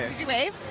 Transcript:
you wave?